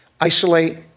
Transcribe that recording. isolate